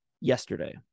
yesterday